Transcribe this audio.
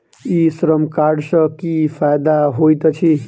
ई Shram card सँ की फायदा होइत अछि?